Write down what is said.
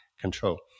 control